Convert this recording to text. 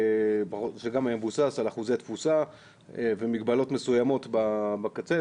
שגם היה מבוסס על אחוזי תפוסה ומגבלות מסוימות בקצה,